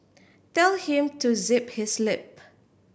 tell him to zip his lip